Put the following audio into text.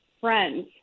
friends